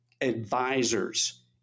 advisors